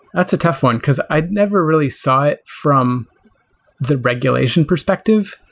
that's a tough one, because i'd never really saw it from the regulation perspective.